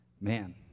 man